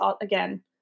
again